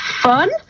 fun